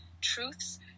truths